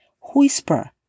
Whisper